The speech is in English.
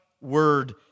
word